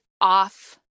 off